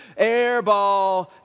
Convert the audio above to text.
airball